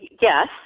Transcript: yes